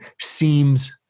seems